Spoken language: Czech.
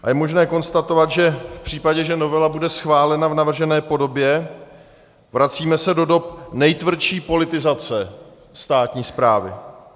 A je možné konstatovat, že se v případě, že novela bude schválena v navržené podobě, vracíme do dob nejtvrdší politizace státní správy.